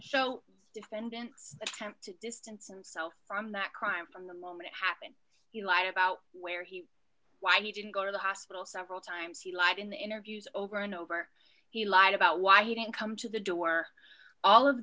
so defendant's attempt to distance himself from that crime from the moment it happened he lied about where he why he didn't go to the hospital several times he lied in the interviews over and over he lied about why he didn't come to the door all of